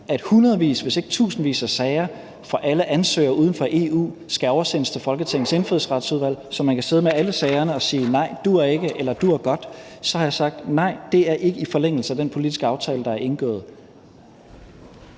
at hundredvis, hvis ikke tusindvis af sager fra alle ansøgere uden for EU skal oversendes til Folketingets Indfødsretsudvalg, så man kan sidde med alle sagerne og sige »nej, duer ikke« eller »ja, duer godt«, så har jeg sagt: Nej, det ligger ikke i forlængelse af den politiske aftale, der er indgået.